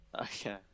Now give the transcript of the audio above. Okay